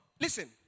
listen